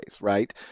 right